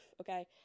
okay